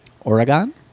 oregon